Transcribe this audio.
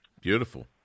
Beautiful